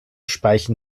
speichen